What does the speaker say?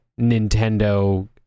Nintendo